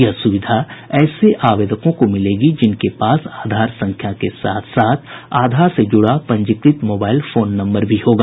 यह सुविधा ऐसे आवेदकों को मिलेगी जिनके पास आधार संख्या के साथ साथ आधार से जुडा पंजीकृत मोबाइल फोन नम्बर भी होगा